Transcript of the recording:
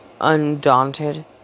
undaunted